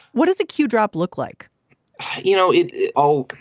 what does a q drop look like you know it it all